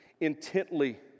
intently